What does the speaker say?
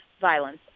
violence